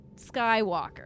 Skywalker